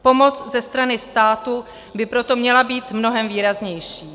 Pomoc ze strany státu by proto měla být mnohem výraznější.